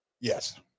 Yes